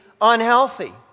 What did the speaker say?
unhealthy